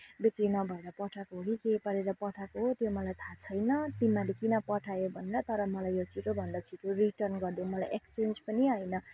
बिक्री नभएर पठाएको हो कि के गरेर पठाएको हो त्यो मलाई थाहा छैन तिमीहरूले किन पठयो भनेर तर मलाई यो छिटोभन्दा छिटो रिटर्न गरिदेऊ मलाई एक्सचेन्ज पनि होइन